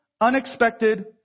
unexpected